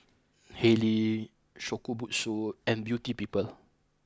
Haylee Shokubutsu and Beauty People